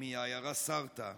מהעיירה סרטא,